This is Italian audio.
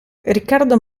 riccardo